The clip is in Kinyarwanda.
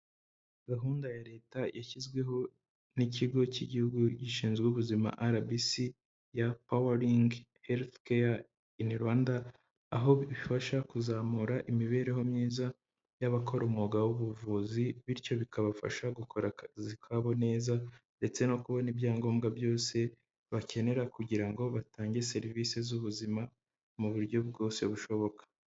Gahunda ya leta yashyizweho n'ikigo cy'igihugu gishinzwe ubuzima arabisi ya pawaringi heresi keya ini Rwanda aho bifasha kuzamura imibereho myiza y'abakora umwuga w'ubuvuzi bityo bikabafasha gukora akazi kabo neza ndetse no kubona ibyangombwa byose bakenera kugira ngo batange serivisi z'ubuzima mu buryo bwose bushoboka.